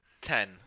Ten